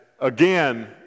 again